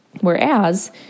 Whereas